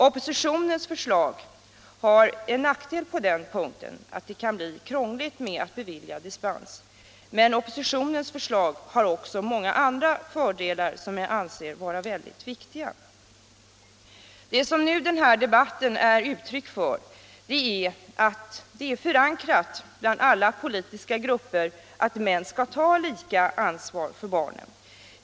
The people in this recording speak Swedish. Oppositionens förslag har en nackdel på den punkten — det kan bli krångligt att bevilja dispens — men det har också många fördelar, som jag anser vara väldigt viktiga. Det som den här debatten är ett uttryck för är att det är förankrat i alla politiska grupper att män skall ta lika ansvar för barnen.